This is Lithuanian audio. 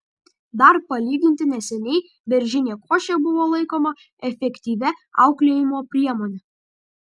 dar palyginti neseniai beržinė košė buvo laikoma efektyvia auklėjimo priemone